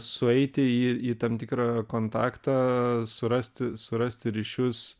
sueiti į į tam tikrą kontaktą surasti surasti ryšius